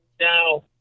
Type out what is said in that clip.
Now